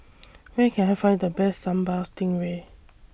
Where Can I Find The Best Sambal Stingray